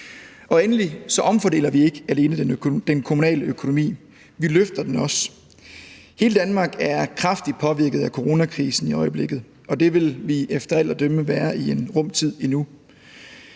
Endelig omfordeler vi ikke alene den kommunale økonomi – vi løfter den også. Hele Danmark er kraftigt påvirket af coronakrisen i øjeblikket, og det vil vi efter alt at dømme være i en rum tid endnu.